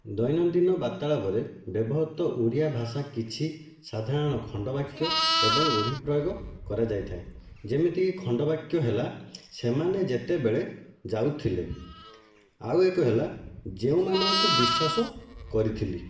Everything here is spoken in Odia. ଦୈନଦିନ ବାର୍ତ୍ତାଳାପରେ ବ୍ୟବହୃତ ଓଡ଼ିଆ ଭାଷା କିଛି ସାଧାରଣ ଖଣ୍ଡବାକ୍ୟ ଏବଂ ରୂଢି ପ୍ରୟୋଗ କରାଯାଇଥାଏ ଯେମିତି କି ଖଣ୍ଡ ବାକ୍ୟ ହେଲା ସେମାନେ ଯେତେବେଳେ ଯାଉଥିଲେ ଆଉ ଏକ ହେଲା ଯେଉଁ ମାନଙ୍କୁ ବିଶ୍ୱାସ କରିଥିଲି